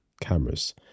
cameras